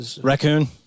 Raccoon